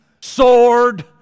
sword